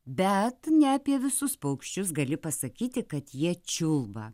bet ne apie visus paukščius gali pasakyti kad jie čiulba